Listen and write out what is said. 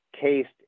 cased